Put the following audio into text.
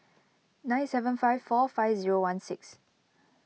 nine seven five four five zero one six